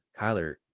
kyler